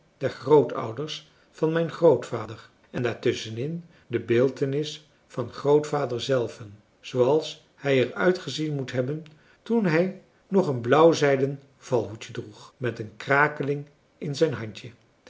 der grootouders van mijn grootvader en daar tusschenin de beeltenis van grootvader zelven zooals hij er uitgezien moet hebben toen hij nog een blauwzijden valhoedje droeg met een krakeling in zijn handje